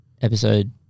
episode –